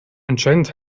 anscheinend